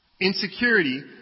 Insecurity